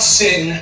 sin